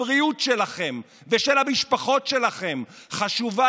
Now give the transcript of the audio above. הבריאות שלכם ושל המשפחות שלכם חשובה